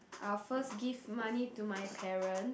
I'll first give my money to my parents